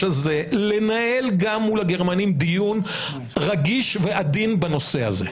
לנהל גם מול הגרמנים דיון רגיש ועדין בנושא הזה,